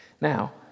Now